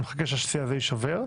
אני מחכה שהשיא הזה יישבר.